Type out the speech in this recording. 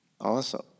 awesome